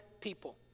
people